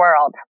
world